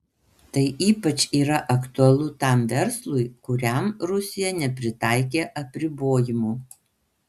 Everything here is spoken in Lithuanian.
tai ypač yra aktualu tam verslui kuriam rusija nepritaikė apribojimų